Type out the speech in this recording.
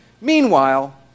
Meanwhile